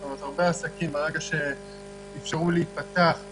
כלומר ברגע שאפשרו להיפתח,